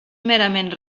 merament